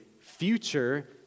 future